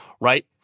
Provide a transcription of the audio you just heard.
right